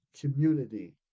community